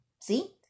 See